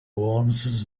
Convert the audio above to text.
worms